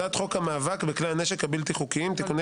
הצעת חוק המאבק בכלי הנשק הבלתי חוקיים (תיקוני